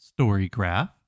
Storygraph